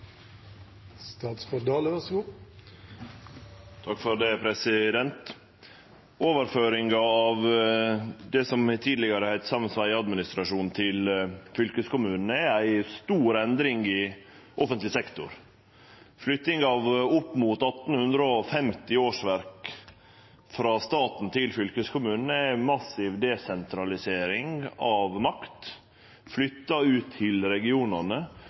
Overføringa av det som tidlegare heitte sams vegadministrasjon, til fylkeskommunen er ei stor endring i offentleg sektor. Flytting av opp mot 1 850 årsverk frå staten til fylkeskommunen er ei massiv desentralisering av makt, flytta ut til regionane,